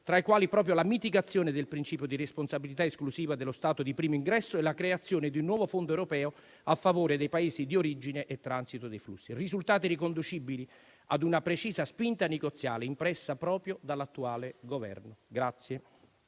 tra i quali proprio la mitigazione del principio di responsabilità esclusiva dello Stato di primo ingresso e la creazione di un nuovo Fondo europeo a favore dei Paesi di origine e transito dei flussi, risultati riconducibili ad una precisa spinta negoziale impressa proprio dall'attuale Governo.